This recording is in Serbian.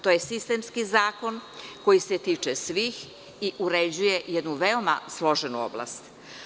To je sistemski zakon koji se tiče svih i uređuje jednu veoma složenu oblast.